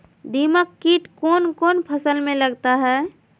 दीमक किट कौन कौन फसल में लगता है?